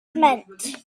meant